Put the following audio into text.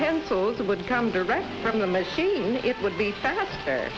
pencils would come direct from the machine it would be faster